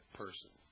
person